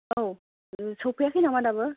औ सफैयाखै नामा दाबो